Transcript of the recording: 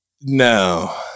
no